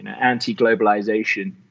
anti-globalization